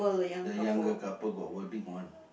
the younger couple got wording one